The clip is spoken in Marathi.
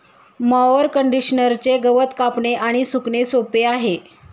मॉवर कंडिशनरचे गवत कापणे आणि सुकणे सोपे आहे